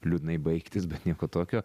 liūdnai baigtis bet nieko tokio